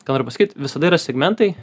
ką noriu pasakyt visada yra segmentai